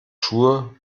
schuhe